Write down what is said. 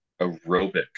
aerobic